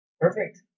Perfect